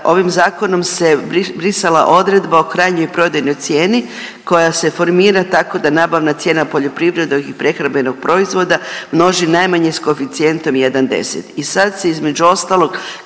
ovim zakonom se bri…, brisala odredba o krajnjoj prodajnoj cijeni koja se formira tako da nabavna cijena poljoprivrednog i prehrambenog proizvoda množi najmanje s koeficijentom 1,10 i sad se između ostalog